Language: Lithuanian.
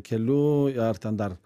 keliu ar ten dar